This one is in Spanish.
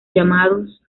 llamados